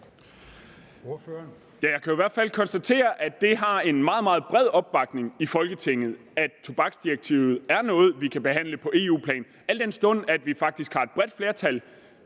Jeg kan jo i hvert fald konstatere, at det har en meget, meget bred opbakning i Folketinget, at tobaksdirektivet er noget, man kan behandle på EU-plan, al den stund at vi faktisk har et bredt flertal